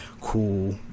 cool